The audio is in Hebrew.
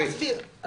אז אני אסביר.